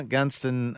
Gunston